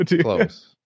close